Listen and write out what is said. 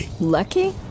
Lucky